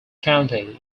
county